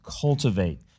cultivate